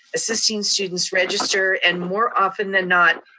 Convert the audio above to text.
assisting students register, and more often than not,